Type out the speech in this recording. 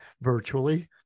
virtually